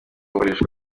ukoreshwa